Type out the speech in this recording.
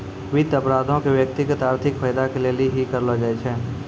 वित्त अपराधो के व्यक्तिगत आर्थिक फायदा के लेली ही करलो जाय छै